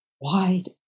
wide